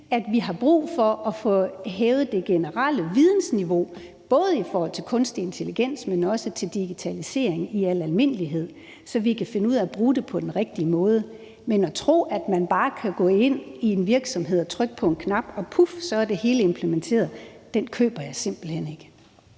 at vi har brug for at få hævet det generelle vidensniveau, både i forhold til kunstig intelligens, men også til digitalisering i al almindelighed, så vi kan finde ud af at bruge det på den rigtige måde. Men at man bare skulle kunne gå ind i en virksomhed, trykke på en knap og puf, så er det hele implementeret, køber jeg simpelt hen ikke.